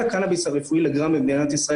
זה לגיטימי,